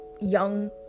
young